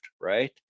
right